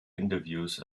interviews